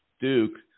Duke